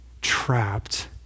trapped